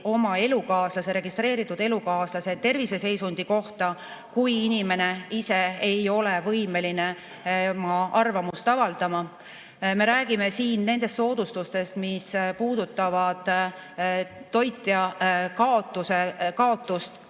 oma registreeritud elukaaslase terviseseisundi kohta, kui inimene ise ei ole võimeline oma arvamust avaldama. Me räägime siin nendest soodustustest, mis puudutavad toitja kaotust,